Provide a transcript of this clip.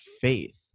faith